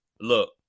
Look